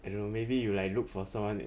I don't know maybe you like look for someone that